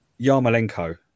Yarmolenko